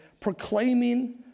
proclaiming